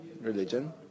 religion